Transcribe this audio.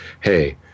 hey